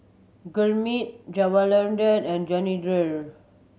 Gurmeet Jawaharlal and Jehangirr